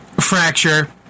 fracture